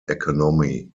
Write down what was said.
economy